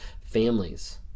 families